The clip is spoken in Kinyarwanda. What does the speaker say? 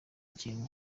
kintu